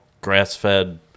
grass-fed